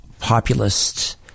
populist